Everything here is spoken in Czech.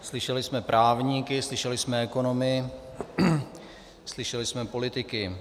Slyšeli jsme právníky, slyšeli jsme ekonomy, slyšeli jsme politiky.